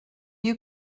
you